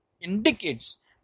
indicates